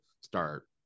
start